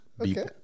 okay